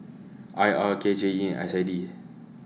I R K J E S I D